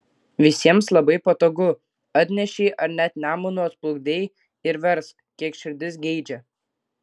visiems labai patogu atnešei ar net nemunu atplukdei ir versk kiek širdis geidžia